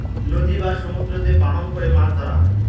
নদী বা সমুদ্রতে বাহন করে মাছ ধরা হয়